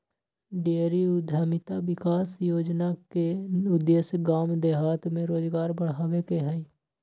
dairy उद्यमिता विकास योजना के उद्देश्य गाम देहात में रोजगार बढ़ाबे के हइ